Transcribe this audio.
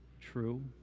true